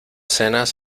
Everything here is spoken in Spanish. cenas